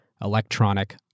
Electronic